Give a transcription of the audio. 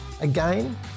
Again